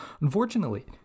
Unfortunately